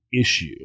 issue